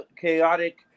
chaotic